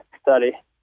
study